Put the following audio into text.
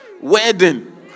wedding